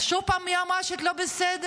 אז שוב פעם היועמ"שית לא בסדר?